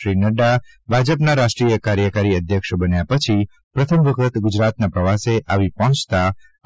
શ્રી નડ્ડા ભાજપના રાષ્ટ્રીય કાર્યકારી અધ્યક્ષ બન્યા પછી પ્રથમ વખત ગુજરાતના પ્રવાસે આવી પહોંચતા